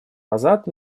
назад